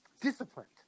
disciplined